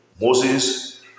Moses